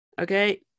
Okay